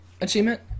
achievement